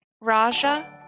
Raja